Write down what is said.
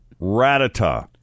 Ratata